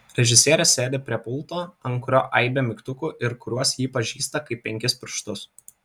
režisierė sėdi prie pulto ant kurio aibė mygtukų ir kuriuos ji pažįsta kaip penkis pirštus